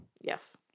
Yes